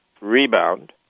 rebound